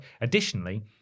Additionally